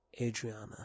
Adriana